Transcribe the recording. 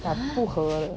不和